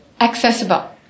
accessible